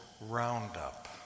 roundup